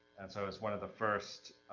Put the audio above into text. and so it's one of the first,